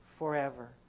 forever